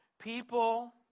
People